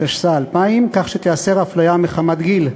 התשס"א 2000, כך שתיאסר אפליה מחמת גיל.